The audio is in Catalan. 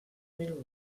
mil